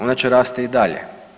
Ona će rasti i dalje.